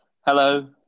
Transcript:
Hello